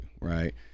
right